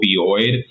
opioid